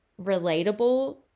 relatable